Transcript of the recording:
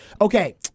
Okay